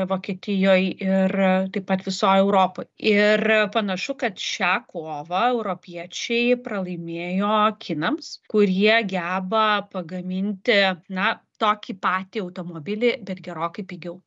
vokietijoj ir taip pat visoj europoj ir panašu kad šią kovą europiečiai pralaimėjo kinams kurie geba pagaminti na tokį patį automobilį bet gerokai pigiau